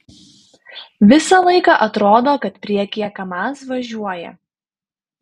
visą laiką atrodo kad priekyje kamaz važiuoja